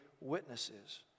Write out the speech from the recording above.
witnesses